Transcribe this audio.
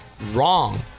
Wrong